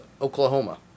Oklahoma